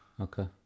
okay